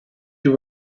you